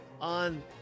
on